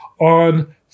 on